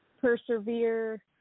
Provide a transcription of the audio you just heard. persevere